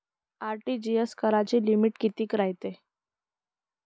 RTGS कराची limit कितीक रायते?